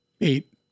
eight